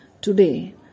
Today